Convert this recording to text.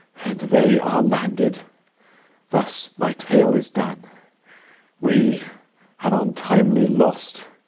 and they are landed thus my tale is done we have untimely lost,